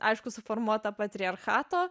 aišku suformuota patriarchato